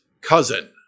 cousin